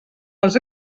els